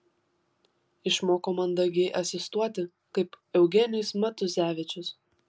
išmoko mandagiai asistuoti kaip eugenijus matuzevičius